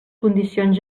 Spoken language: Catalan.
condicions